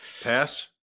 Pass